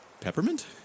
peppermint